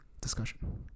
discussion